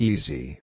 Easy